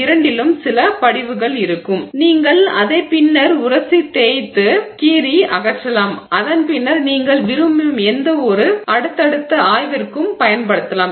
இரண்டிலும் சில படிவுகள் இருக்கும் நீங்கள் அதை பின்னர் உரசித் தேய்த்து சுரண்டி கீறி அகற்றலாம் அதன் பின்னர் நீங்கள் விரும்பும் எந்தவொரு அடுத்தடுத்த ஆய்விற்கும் பயன்படுத்தலாம்